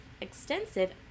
extensive